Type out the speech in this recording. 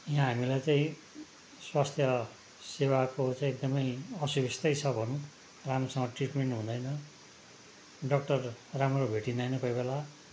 यहाँ हामीलाई चाहिँ स्वास्थ्य सेवाको चाहिँ एकदमै असुविस्तै छ भनौँ राम्रोसँग ट्रिटमेन्ट हुँदैन डक्टर राम्रो भेटिँदैन कोही बेला